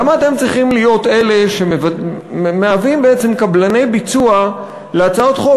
למה אתם צריכים להיות אלה שמשמשים בעצם קבלני ביצוע להצעות חוק